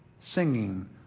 singing